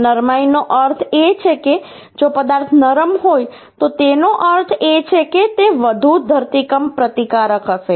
આ નરમાઈ નો અર્થ એ છે કે જો પદાર્થ નરમ હોય તો તેનો અર્થ એ છે કે તે વધુ ધરતીકંપ પ્રતિકારક હશે